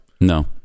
No